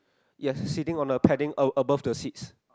yes sitting on the padding a above the seats